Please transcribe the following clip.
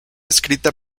escrita